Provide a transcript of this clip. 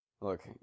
Look